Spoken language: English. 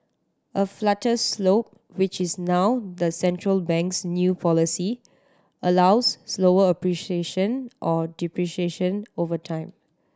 a flatter slope which is now the central bank's new policy allows slower appreciation or depreciation over time